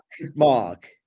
mark